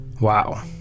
Wow